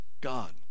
God